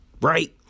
right